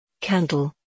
Candle